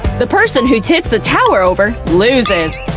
the person who tips the tower over loses!